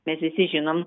mes visi žinome